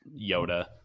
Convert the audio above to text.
Yoda